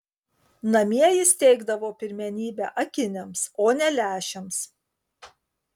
namie jis teikdavo pirmenybę akiniams o ne lęšiams